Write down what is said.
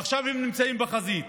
ועכשיו הם נמצאים בחזית.